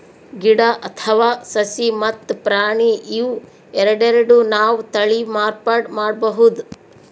ಗಿಡ ಅಥವಾ ಸಸಿ ಮತ್ತ್ ಪ್ರಾಣಿ ಇವ್ ಎರಡೆರಡು ನಾವ್ ತಳಿ ಮಾರ್ಪಾಡ್ ಮಾಡಬಹುದ್